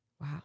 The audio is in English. Wow